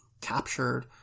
captured